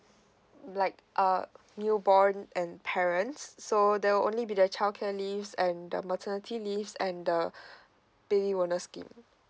like uh newborn and parents so there will only be the childcare leaves and the maternity leaves and the baby bonus scheme